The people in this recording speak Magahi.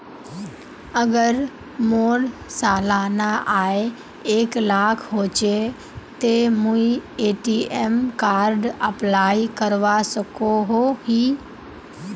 अगर मोर सालाना आय एक लाख होचे ते मुई ए.टी.एम कार्ड अप्लाई करवा सकोहो ही?